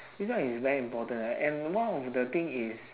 this one is very important a~ and one of the thing is